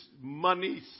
money